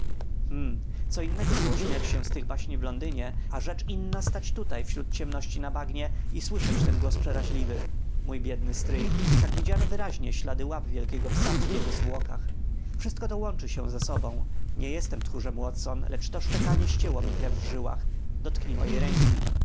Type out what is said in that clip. co innego było śmiać się z tych baśni w londynie a rzecz inna stać tutaj wśród ciemności na bagnie i słyszeć ten głos przeraźliwy mój biedny stryj wszak widziano wyraźnie ślady łap wielkiego psa przy jego zwłokach wszystko to łączy się ze sobą nie jestem tchórzem watson lecz to szczekanie ścięło mi krew w żyłach dotknij mojej ręki